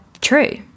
true